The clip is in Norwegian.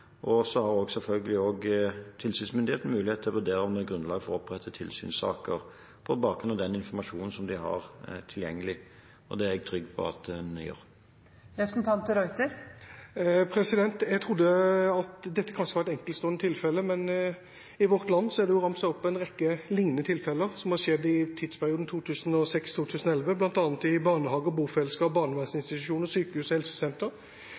har selvfølgelig også mulighet til å vurdere om det er grunnlag for å opprette tilsynssaker på bakgrunn av den informasjon de har tilgjengelig. Det er jeg trygg på at en gjør. Jeg trodde at dette kanskje var et enkeltstående tilfelle, men i Vårt Land er det ramset opp en rekke lignende tilfeller som har skjedd i tidsperioden 2006–2011, bl.a. i barnehager, bofellesskap, barnevernsinstitusjoner, sykehus og helsesentre. De gir kanskje litt mer grunn til bekymring enn bare denne enkeltsaken. Det er ofte snakk om sårbare mennesker, og